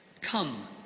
Come